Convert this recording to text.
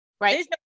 right